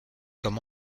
comme